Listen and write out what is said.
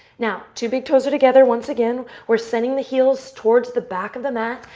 now, two big toes are together once again. we're sending the heels towards the back of the mat.